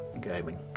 gaming